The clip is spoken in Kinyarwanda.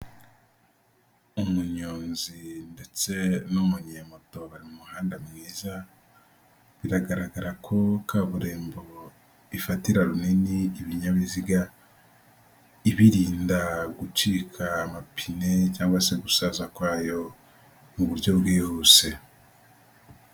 Umunyonzi ndetse n'umunyemoto bari mu muhanda mwiza biragaragara ko kaburimbo ifatira runini ibinyabiziga ibirinda gucika amapine cyangwa se gusaza kwayo mu buryo bwihuse.